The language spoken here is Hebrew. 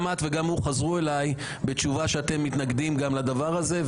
גם את וגם הוא חזרתם אליי בתשובה שאתם מתנגדים לדבר הזה.